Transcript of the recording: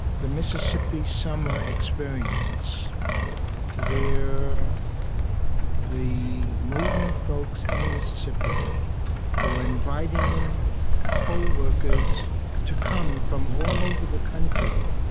the mississippi summer experience where the movement folks in mississippi were inviting co-workers to come from all over the country,